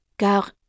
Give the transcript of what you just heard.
car